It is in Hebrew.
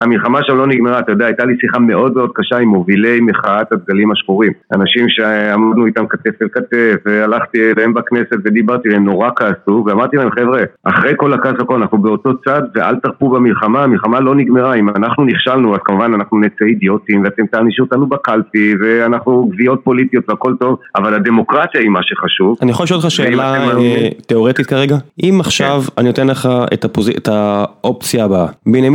המלחמה שם לא נגמרה, אתה יודע, הייתה לי שיחה מאוד מאוד קשה עם מובילי מחאת הדגלים השחורים. אנשים שעמדנו איתם כתף על כתף, והלכתי אליהם בכנסת ודיברתי, והם נורא כעסו, אמרתי להם, חבר'ה, אחרי כל הכעס והכל, אנחנו באותו צד, ואל תרפו במלחמה, המלחמה לא נגמרה, אם אנחנו נכשלנו, אז כמובן, אנחנו נצא אידיוטים, ואתם תענישו אותנו בקלפי, ואנחנו גוויות פוליטיות והכל טוב, אבל הדמוקרטיה היא מה שחשוב. אני יכול לשאול אותך שאלה תאורטית כרגע? אם עכשיו אני אתן לך את האופציה הבאה,